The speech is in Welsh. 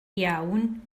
iawn